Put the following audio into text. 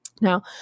Now